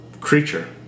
creature